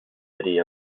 city